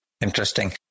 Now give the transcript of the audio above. interesting